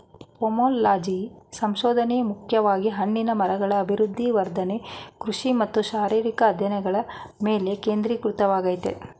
pomology ಸಂಶೋಧನೆ ಮುಖ್ಯವಾಗಿ ಹಣ್ಣಿನ ಮರಗಳ ಅಭಿವೃದ್ಧಿ ವರ್ಧನೆ ಕೃಷಿ ಮತ್ತು ಶಾರೀರಿಕ ಅಧ್ಯಯನಗಳ ಮೇಲೆ ಕೇಂದ್ರೀಕೃತವಾಗಯ್ತೆ